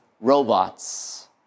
robots